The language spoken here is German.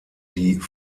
die